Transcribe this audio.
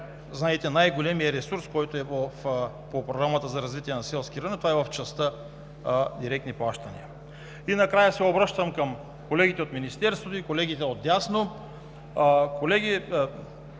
знаете, на най-големия ресурс, който е по Програма „Развитие на селските райони“ в частта директни плащания. Накрая се обръщам към колегите от Министерството и колегите отдясно: колеги,